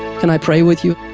can i pray with you?